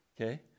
Okay